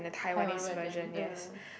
Taiwan version yeah